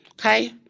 Okay